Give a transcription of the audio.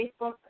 Facebook